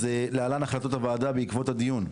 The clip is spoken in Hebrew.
להלן החלטות הוועדה בעקבות הדיון,